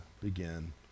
begin